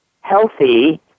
healthy